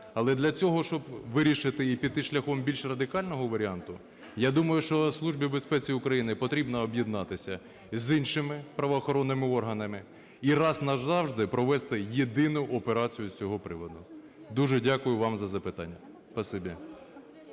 Але для цього, щоб вирішити і піти шляхом більш радикального варіанту, я думаю, що Службі безпеці України потрібно об'єднатися з іншими правоохоронними органами і раз назавжди провести єдину операцію з цього приводу. Дуже дякую вам за запитання.